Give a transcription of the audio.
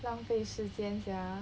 浪费时间 sia